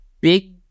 big